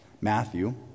Matthew